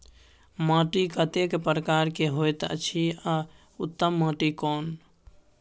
माटी कतेक प्रकार के होयत अछि आ उत्तम माटी कोन?